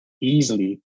easily